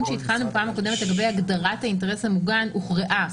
שהתחלנו בפעם הקודמת לגבי הגדרת האינטרס המוגן הוכרעה.